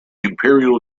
imperial